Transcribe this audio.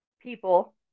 people